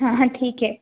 हाँ हाँ ठीक है